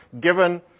given